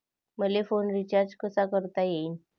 मले phone recharge कसा करता येईन?